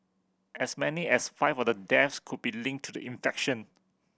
as many as five of the deaths could be linked to the infection